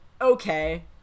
okay